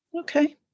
Okay